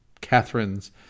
Catherine's